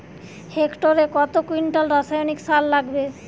হেক্টরে কত কুইন্টাল রাসায়নিক সার লাগবে?